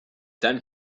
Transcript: then